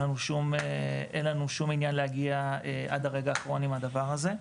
אין לנו שום עניין להגיע עד הרגע האחרון עם הדבר הזה.